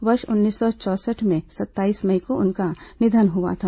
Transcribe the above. वर्ष उन्नीस सौ चौसठ में सत्ताईस मई को उनका निधन हुआ था